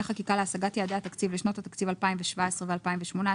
חקיקה להשגת יעדי התקציב לשנות התקציב 2017 ו-2018),